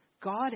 God